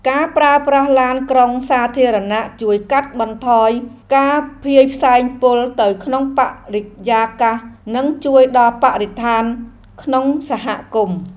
ការប្រើប្រាស់ឡានក្រុងសាធារណៈជួយកាត់បន្ថយការភាយផ្សែងពុលទៅក្នុងបរិយាកាសនិងជួយដល់បរិស្ថានក្នុងសហគមន៍។